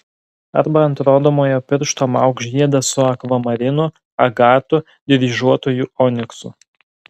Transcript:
arba ant rodomojo piršto mauk žiedą su akvamarinu agatu dryžuotuoju oniksu